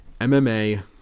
MMA